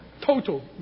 Total